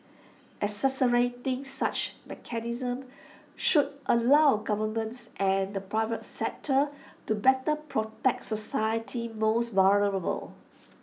accelerating such mechanisms should allow governments and the private sector to better protect society's most vulnerable